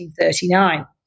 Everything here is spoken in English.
1939